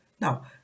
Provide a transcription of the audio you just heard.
Now